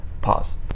pause